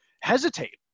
hesitate